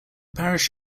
parish